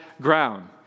ground